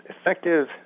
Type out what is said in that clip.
effective